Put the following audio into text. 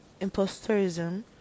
imposterism